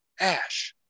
ash